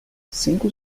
cinco